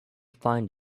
find